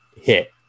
hit